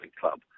club